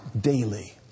daily